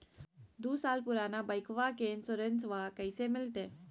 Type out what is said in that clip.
दू साल पुराना बाइकबा के इंसोरेंसबा कैसे मिलते?